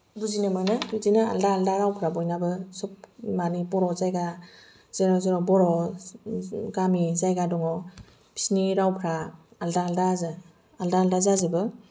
बुजिनो मोनो बिदिनो आलादा आलादा रावफोरा बयनाबो सोब माने बर' जायगा जेराव जेराव बर' गामि जायगा दङ बिसोरनि रावफ्रा आलादा आलादा जोब आलादा आलादा जाजोबो